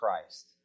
Christ